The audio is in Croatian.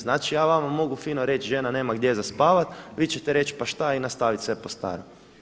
Znači ja vama mogu fino reći žena nema gdje za spavat, vi ćete reći pa šta i nastaviti sve po starom.